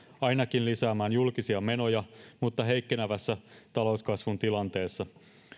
ainakin lisäämään julkisia menoja mutta heikkenevässä talouskasvun tilanteessa